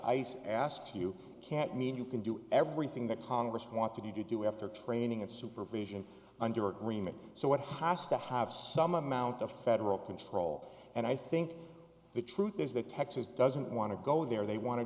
ice asks you can't mean you can do everything that congress want to do after training and supervision under agreement so what has to have some amount of federal control and i think the truth is that texas doesn't want to go there they want to